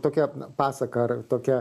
tokia pasaka ar tokia